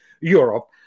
Europe